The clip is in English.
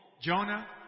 Jonah